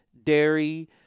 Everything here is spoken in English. Dairy